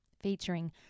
featuring